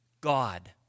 God